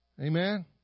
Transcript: Amen